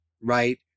right